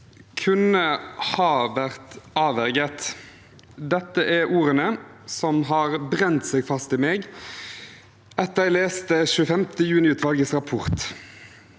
kunne ha vært avverget – dette er ordene som har brent seg fast i meg etter at jeg leste 25. juni-utvalgets rapport.